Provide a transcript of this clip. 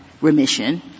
remission